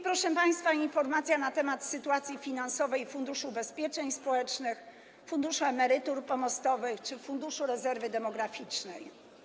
Proszę państwa, informacja na temat sytuacji finansowej Funduszu Ubezpieczeń Społecznych, Funduszu Emerytur Pomostowych czy Funduszu Rezerwy Demograficznej.